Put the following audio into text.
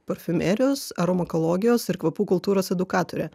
parfumerijos aromakologijos ir kvapų kultūros edukatorė